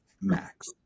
Max